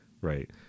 right